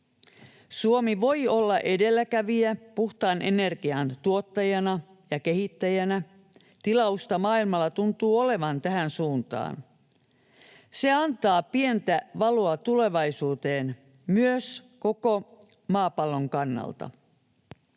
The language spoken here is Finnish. Suomi voi olla edelläkävijä puhtaan energian tuottajana ja kehittäjänä. Tilausta maailmalla tuntuu olevan tähän suuntaan. Se antaa pientä valoa tulevaisuuteen myös koko maapallon kannalta.